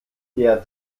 der